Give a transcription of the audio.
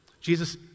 Jesus